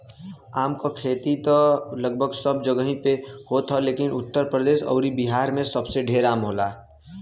आम क खेती त लगभग सब जगही पे होत ह लेकिन उत्तर प्रदेश अउरी बिहार में सबसे ढेर आम होला